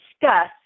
discuss